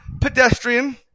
pedestrian